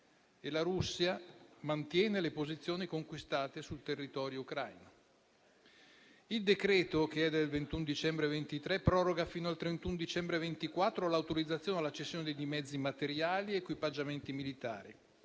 la Russia mantiene le posizioni conquistate sul territorio ucraino. Il decreto-legge, che è del 21 dicembre 2023, proroga fino al 31 dicembre 2024 l'autorizzazione alla cessione di mezzi, materiali ed equipaggiamenti militari